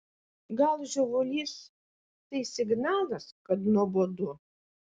gal žiovulys tai signalas kad nuobodu